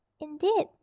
indeed